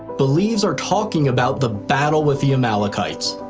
believes are talking about the battle with the amalekites.